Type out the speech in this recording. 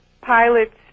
pilots